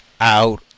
out